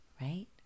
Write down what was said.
right